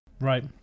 Right